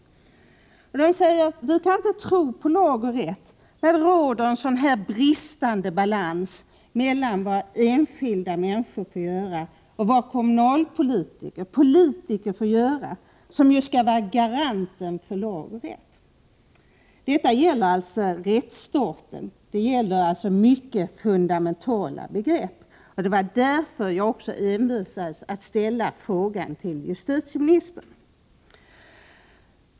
De säger: Vi kan inte tro på lag och rätt när det råder en så bristande balans mellan vad enskilda människor får göra och vad politiker får göra. Politiker skall ju vara garanter för lag och rätt. Det gäller alltså rättsstaten. Det gäller mycket fundamentala förhållanden. Det var också därför jag envisades med att ställa min fråga till justitieministern.